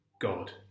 God